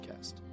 Podcast